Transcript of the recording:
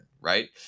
right